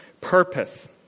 purpose